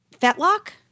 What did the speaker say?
Fetlock